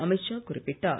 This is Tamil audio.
அமித் ஷா குறிப்பிட்டார்